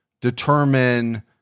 determine